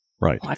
Right